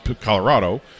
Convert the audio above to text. Colorado